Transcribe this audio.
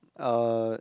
uh